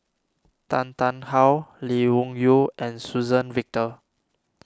Tan Tarn How Lee Wung Yew and Suzann Victor